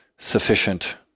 sufficient